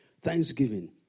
Thanksgiving